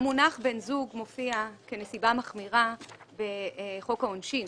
המונח "בן זוג" מופיע כנסיבה מחמירה בחוק העונשין.